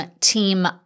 team